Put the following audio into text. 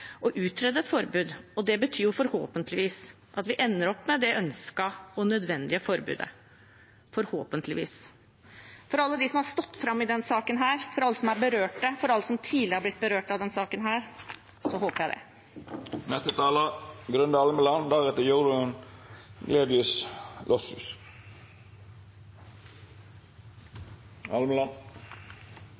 å utrede et forbud, og det betyr forhåpentligvis at vi ender opp med det ønskede og nødvendige forbudet. For alle dem som har stått fram i denne saken, for alle dem som er berørt, og for alle som tidligere har blitt berørt av denne saken, håper jeg det.